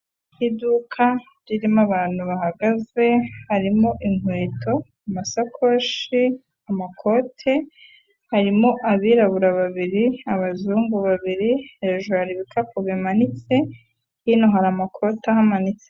Iduka ririmo abantu bahagaze. harimo inkweto, amasakoshi, amakoti, harimo abirabura babiri, abazungu babiri, hejuru hari ibikapu bimanitse, hino hari amakoti ahamanitse.